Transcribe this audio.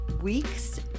week's